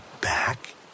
back